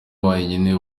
wenyine